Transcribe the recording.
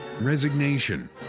resignation